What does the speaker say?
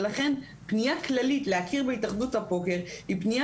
ולכן פניה כללית להכיר בהתאחדות הפוקר היא פניה